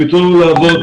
אם ייתנו לנו לעבוד,